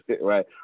right